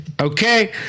okay